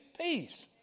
peace